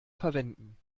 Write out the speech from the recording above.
verwenden